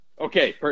Okay